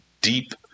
deep